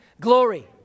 Glory